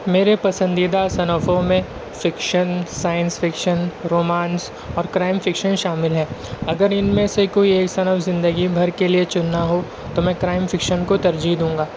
میرے پسندیدہ صنفوں میں فکشن سائنس فکشن رومانس اور کرائم فکشن شامل ہے اگر ان میں سے کوئی ایک صنف زندگی بھر کے لیے چننا ہو تو میں کرائم فکشن کو ترجیح دوں گا